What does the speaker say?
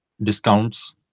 discounts